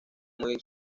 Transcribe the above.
muy